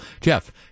Jeff